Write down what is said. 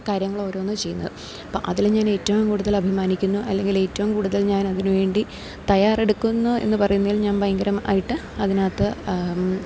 കാര്യങ്ങൾ ഓരോന്ന് ചെയ്യുന്നതും അപ്പം അതിൽ ഞാൻ ഏറ്റവും കൂടുതൽ അഭിമാനിക്കുന്നു അല്ലെങ്കിൽ ഏറ്റവും കൂടുതൽ ഞാൻ അതിന് വേണ്ടി തയ്യാറെടുക്കുന്നു എന്ന് പറയുന്നതിൽ ഞാൻ ഭയങ്കരമായിട്ട് അതിനകത്ത്